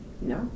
No